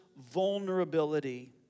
vulnerability